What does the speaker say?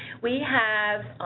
we have,